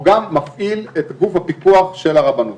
גם מפעיל את גוף הפיקוח של הרבנות.